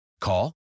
call